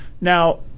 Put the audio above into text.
Now